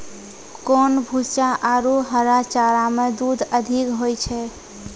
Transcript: कोन भूसा आरु हरा चारा मे दूध अधिक होय छै?